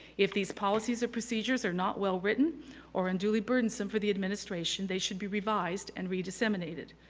if these policies or procedures are not well written or unduly burdensome for the administration they should be revised and re-disseminated.